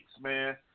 man